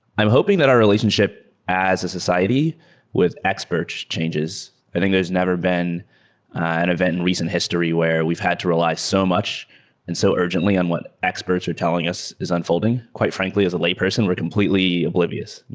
i'm hoping that our relationship as a society with experts changes. i think there's never been an event in recent history where we've had to rely so much and so urgently on what experts are telling us is unfolding. quite frankly as a layperson, we're completely oblivious.